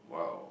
!wow!